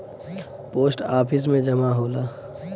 post office में जमा होला